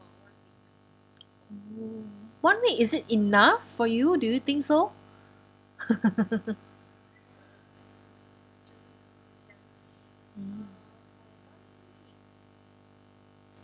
oh one week is it enough for you do you think so mm